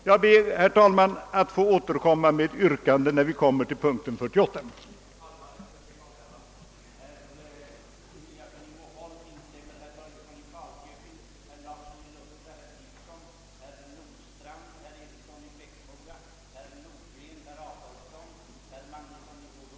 Jag ber, herr talman, att få återkomma med ett yrkande när bankoutskottets utlåtande nr 48 har föredragits.